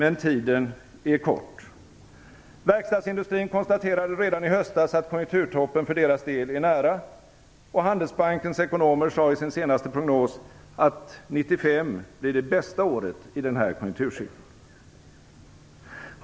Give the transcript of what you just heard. Men tiden är kort. Verkstadsindustrin konstaterade redan i höstas att konjunkturtoppen för deras del är nära, och Handelsbankens ekonomer sade i sin senaste prognos att 1995 blir det bästa året i den här konjunkturcykeln.